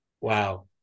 Wow